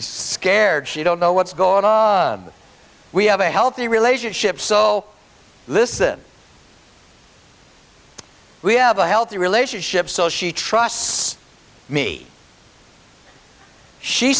scared she don't know what's going on but we have a healthy relationship so listen we have a healthy relationship so she trusts me she